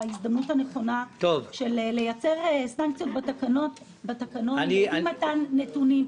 בהזדמנות הנכונה של לייצר סנקציות בתקנות על אי מתן נתונים.